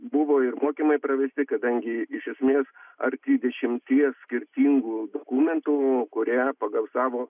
buvo ir mokymai pravesti kadangi iš esmės arti dešimties skirtingų dokumentų kurie pagal savo